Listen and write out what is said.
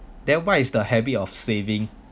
then what is the habit of saving